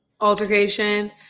altercation